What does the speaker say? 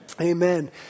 Amen